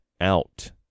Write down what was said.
out